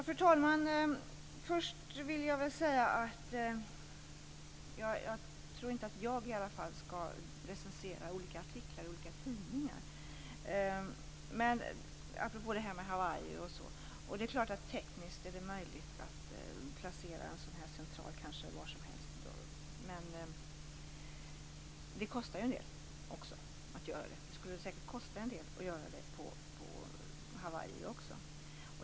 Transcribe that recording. Fru talman! Först tror jag inte att jag skall recensera olika artiklar i olika tidningar, apropå detta med Hawaii. Tekniskt är det kanske möjligt att placera en sådan central var som helst. Men det kostar också en del att göra det. Det skulle säkert kosta en del att göra det på Hawaii också.